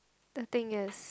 the thing is